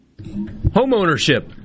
Homeownership